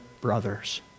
brothers